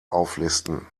auflisten